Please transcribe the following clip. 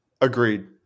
agreed